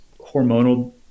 hormonal